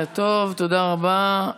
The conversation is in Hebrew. לילה טוב ותודה רבה.